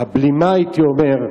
והבלימה, הייתי אומר,